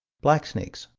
blacksnakes,